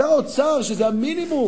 שר האוצר, שזה המינימום